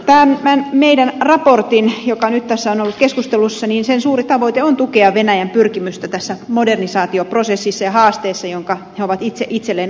tämän meidän raporttimme joka nyt tässä on ollut keskustelussa suuri tavoite on tukea venäjän pyrkimystä tässä modernisaatioprosessissa ja haasteessa jonka se on itse itselleen asettanut